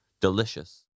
Delicious